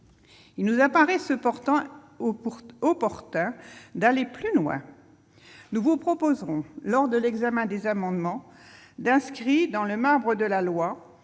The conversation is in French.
Il nous apparaît cependant opportun d'aller plus loin. Nous vous proposerons, lors de l'examen des amendements, d'inscrire dans le marbre de la loi